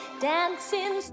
dancing